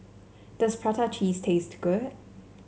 does Prata Cheese taste good